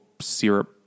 syrup